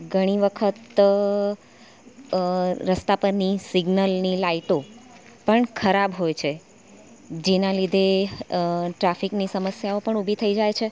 ઘણી વખત રસ્તા પરની સિગ્નલની લાઇટો પણ ખરાબ હોય છે જેના લીધે ટ્રાફિકની સમસ્યાઓ પણ ઊભી થઈ જાય છે